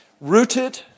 Rooted